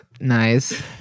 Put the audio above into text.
Nice